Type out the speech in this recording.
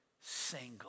single